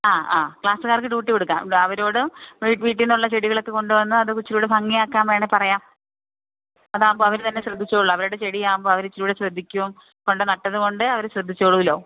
ആ ആ പാസ്സുകാർക്ക് ഡ്യൂട്ടി കൊടുക്കാം അവരോട് വീട്ടില് നിന്നുള്ള ചെടികളൊക്കെ കൊണ്ടുവന്ന് അത് ഇത്തിരികൂടെ ഭംഗിയാക്കാം വേണമെങ്കില് പറയാം അതാകുമ്പോള് അവര് തന്നെ ശ്രദ്ധിച്ചുകൊള്ളും അവരുടെ ചെടിയാകുമ്പോള് അവര് ഇത്തിരി കൂടെ ശ്രദ്ധിക്കും കൊണ്ടു നട്ടതുകൊണ്ട് അവര് ശ്രദ്ധിച്ചുകൊള്ളുമല്ലോ